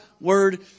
Word